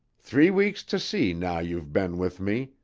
three weeks to sea now you've been with me,